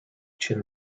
chin